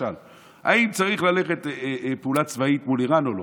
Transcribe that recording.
האם צריך ללכת לפעולה צבאית מול איראן או לא?